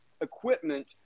equipment